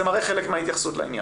זה מראה חלק מההתייחסות לעניין.